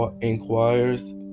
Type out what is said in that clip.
inquires